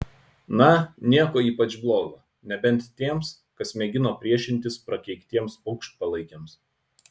na nieko ypač blogo nebent tiems kas mėgino priešintis prakeiktiems paukštpalaikiams